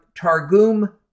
Targum